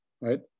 right